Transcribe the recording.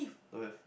don't have